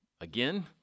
again